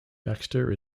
baxter